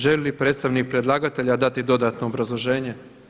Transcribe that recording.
Želi li predstavnik predlagatelja dati dodatno obrazloženje?